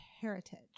heritage